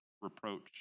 reproach